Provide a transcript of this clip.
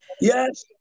Yes